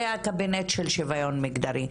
זה הקבינט של שוויון מגדרי.